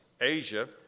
Asia